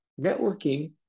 Networking